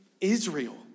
Israel